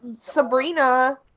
Sabrina